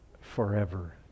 forever